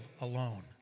alone